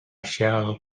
shall